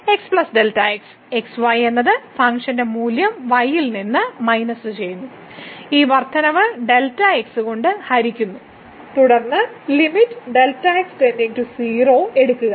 x Δx x y എന്നതിലെ function മൂല്യം y യിൽ നിന്ന് മൈനസ് ചെയ്യുന്നു ഈ വർദ്ധനവ് Δx കൊണ്ട് ഹരിക്കുക തുടർന്ന് എടുക്കുക